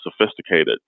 sophisticated